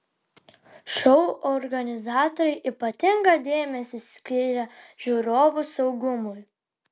šou organizatoriai ypatingą dėmesį skiria žiūrovų saugumui